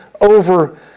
over